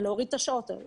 ולהוריד את השעות האלה?